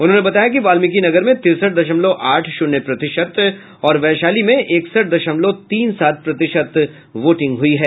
उन्होंने बताया कि वाल्मिकीनगर में तिरसठ दशमलव आठ शून्य प्रतिशत और वैशाली में इकसठ दशमलव तीन सात प्रतिशत वोटिंग हई है